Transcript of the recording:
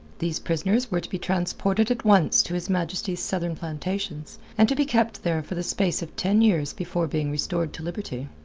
these prisoners were to be transported at once to his majesty's southern plantations, and to be kept there for the space of ten years before being restored to liberty,